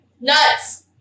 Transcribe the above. Nuts